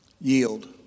Yield